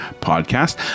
podcast